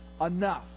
enough